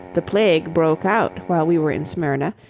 the plague broke out while we were in smyrna,